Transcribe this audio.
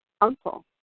uncle